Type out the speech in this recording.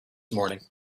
morning